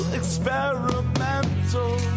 experimental